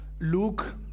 luke